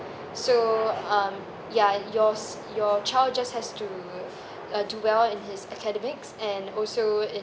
so um ya yours your child just has to uh do well in